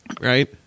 right